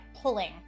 pulling